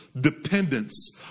dependence